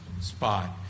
spot